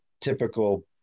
typical